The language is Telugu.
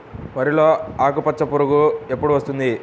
వరిలో ఆకుచుట్టు పురుగు ఎప్పుడు వస్తుంది?